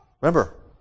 remember